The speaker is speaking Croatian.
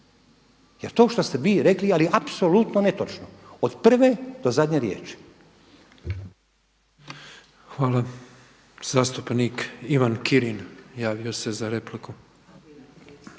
Jer to što ste vi rekli apsolutno je netočno od prve do zadnje riječi.